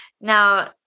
Now